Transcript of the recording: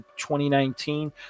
2019